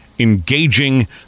engaging